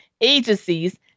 agencies